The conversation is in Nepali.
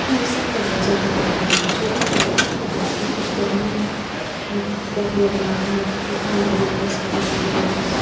मलाई सबभन्दा ज्यादा मनपरेको चाहिँ फोटोग्राफीको लागि एकदमै लाइक ब्याकग्राउन्डमा लाइक पाहाडहरू होस् हरियाली होस्